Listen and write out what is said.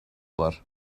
var